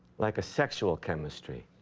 like a sexual chemistry.